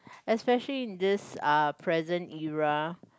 especially in this uh present era